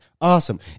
awesome